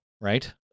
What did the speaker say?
right